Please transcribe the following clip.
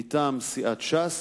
מטעם סיעת ש"ס,